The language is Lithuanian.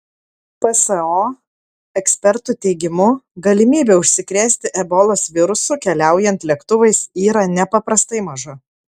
pso ekspertų teigimu galimybė užsikrėsti ebolos virusu keliaujant lėktuvais yra nepaprastai maža